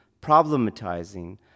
problematizing